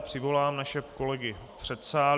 Přivolám naše kolegy v předsálí.